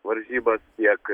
varžybas tiek